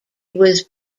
was